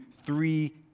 three